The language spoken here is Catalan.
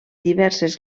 diverses